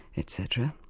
etc.